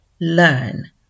learn